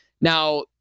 Now